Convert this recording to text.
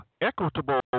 equitable